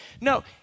No